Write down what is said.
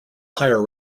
higher